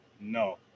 No